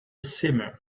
simum